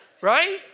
right